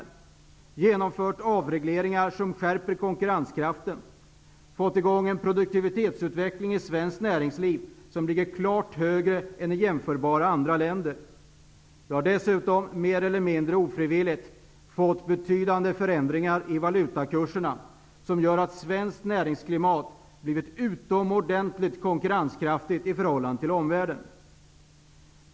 Vi har genomfört avreglering som skärper konkurrenskraften, och vi har fått i gång en produktivitetsutveckling i svenskt näringsliv som ligger klart högre än i andra jämförbara länder. Vi har dessutom, mer eller mindre ofrivilligt, fått betydande förändringar i valutakurserna. Det har gjort att svenskt näringsklimat har blivit utomordentligt konkurrenskraftigt i förhållande till omvärlden.